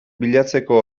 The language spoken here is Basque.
bilatzeko